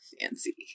fancy